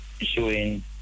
showing